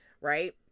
right